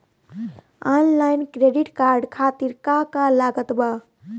Online credit card खातिर का का लागत बा?